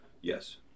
Yes